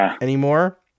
anymore